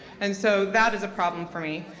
and so that is a problem for me.